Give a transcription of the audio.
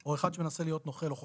או אחד שמנסה להיות נוכל או חוכמולוג?